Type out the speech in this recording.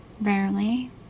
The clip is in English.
Rarely